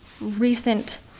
recent